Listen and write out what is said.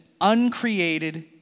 uncreated